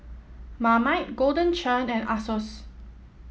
Marmite Golden Churn and Asos